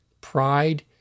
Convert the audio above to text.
Pride